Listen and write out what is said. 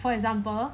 for example